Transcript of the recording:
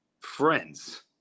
friends